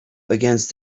against